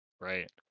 Right